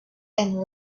and